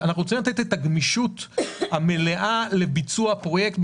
אנחנו צריכים לתת את הגמישות המלאה לביצוע הפרויקט.